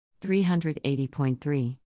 380.3